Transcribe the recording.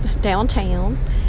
downtown